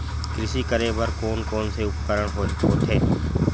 कृषि करेबर कोन कौन से उपकरण होथे?